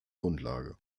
grundlage